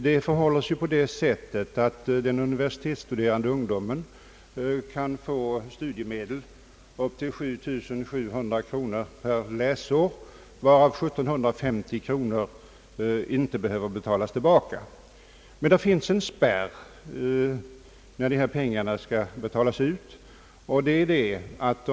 Det förhåller sig på det sättet, att den universitetsstuderande ungdomen kan få studiemedel upp till 7 700 kronor per läsår, varav 1750 kronor inte behöver betalas tillbaka. Det finns emellertid en spärr när dessa pengar skall betalas ut.